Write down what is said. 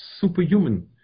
superhuman